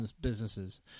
businesses